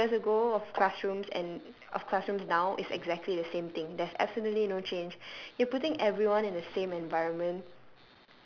fifty years ago of classrooms and of classrooms now it's exactly the same thing there's absolutely no change you're putting everyone in the same environment